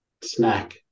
snack